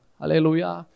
Hallelujah